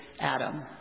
Adam